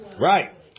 Right